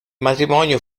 matrimonio